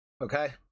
Okay